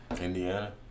Indiana